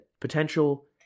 potential